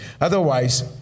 Otherwise